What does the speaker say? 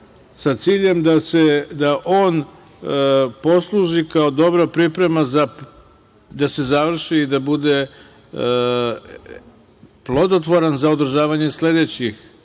sa ciljem da on posluži kao dobra priprema da se završi i da bude plodotvoran do sledećih